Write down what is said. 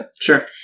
Sure